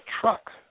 truck